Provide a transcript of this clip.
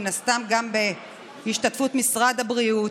מן הסתם גם בהשתתפות משרד הבריאות,